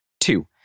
Two